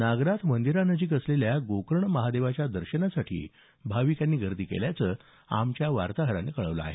नागनाथ मंदिरानजिक असलेल्या गोकर्ण महादेवाच्या दर्शनासाठी गर्दी केल्याचं आमच्या वार्ताहरानं कळवलं आहे